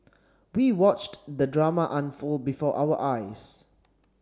we watched the drama unfold before our eyes